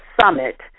summit